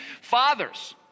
Fathers